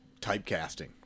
typecasting